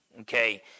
Okay